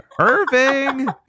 Irving